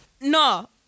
No